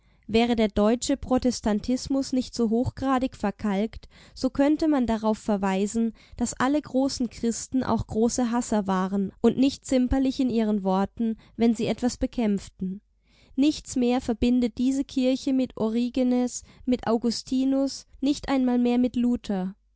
wäre der deutsche protestantismus nicht so hochgradig verkalkt so könnte man darauf verweisen daß alle großen christen auch große hasser waren und nicht zimperlich in ihren worten wenn sie etwas bekämpften nichts mehr verbindet diese kirche mit origenes mit augustinus nicht einmal mehr mit